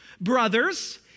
Brothers